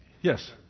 Yes